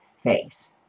face